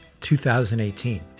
2018